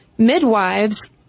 Midwives